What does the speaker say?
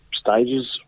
stages